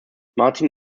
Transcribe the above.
martin